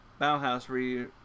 Bauhaus